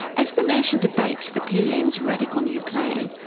as the nation debates the pm's radical new plan,